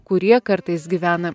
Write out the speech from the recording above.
kurie kartais gyvena